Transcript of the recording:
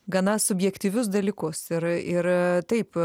gana subjektyvius dalykus ir ir taip